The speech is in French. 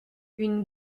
une